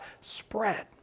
spread